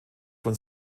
von